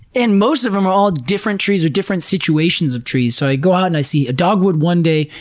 and most of them are all different trees, or different situations of trees, so i go out and i see a dogwood one day,